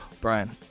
Brian